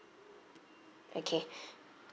okay